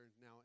now